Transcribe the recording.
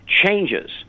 changes